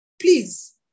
Please